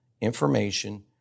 information